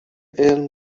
علم